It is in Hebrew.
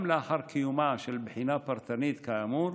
גם לאחר קיומה של בחינה פרטנית כאמור,